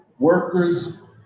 Workers